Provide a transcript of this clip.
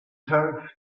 turf